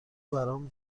برام